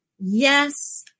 Yes